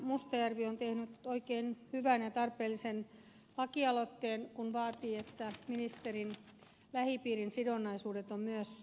mustajärvi on tehnyt oikein hyvän ja tarpeellisen lakialoitteen kun vaatii että ministerin lähipiirin sidonnaisuudet on myös ilmoitettava